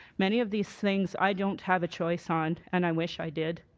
many of these things i don't have a choice on and i wish i did.